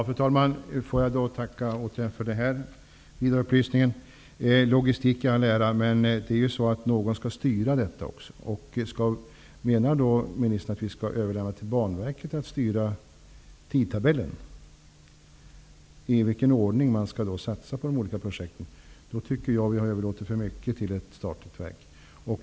Fru talman! Jag tackar återigen för ministerns ytterligare upplysningar. Logistik i alla ära! Men någon skall styra det hela. Menar ministern att vi skall överlåta på Banverket att styra tidtabellen, dvs. den ordning i vilken man skall satsa på de olika projekten? I så fall tycker jag att vi har överlåtit för mycket på ett statligt verk.